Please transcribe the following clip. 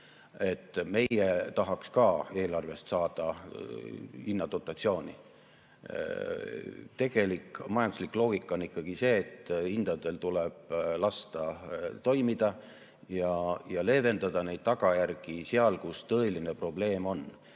meie tahaks ka eelarvest saada hinnadotatsiooni. Tegelik majanduslik loogika on ikkagi see, et hindadel tuleb lasta toimida ja leevendada tagajärgi seal, kus on tõeline probleem.